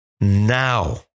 now